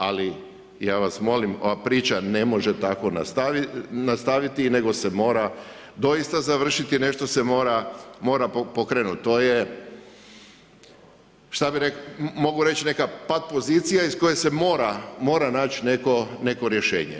Ali ja vas molim, ova priča ne može tako nastaviti nego se mora doista završiti, nešto se mora pokrenuti, to je mogu reći neka pat pozicija iz koje se mora naći neko rješenje.